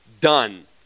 done